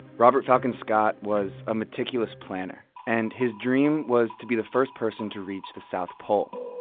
robert falcon scott was a meticulous planner. and his dream was to be the first person to reach the south pole.